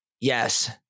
Yes